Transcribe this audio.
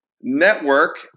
network